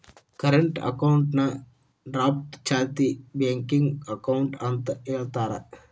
current ಅಕೌಂಟ್ನಾ draft ಚಾಲ್ತಿ checking account ಅಂತ ಹೇಳ್ತಾರ